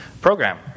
program